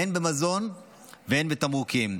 הן במזון והן בתמרוקים.